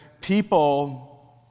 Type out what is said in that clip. people